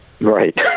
Right